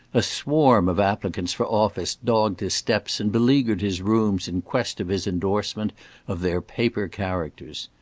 a swarm of applicants for office dogged his steps and beleaguered his rooms in quest of his endorsement of their paper characters.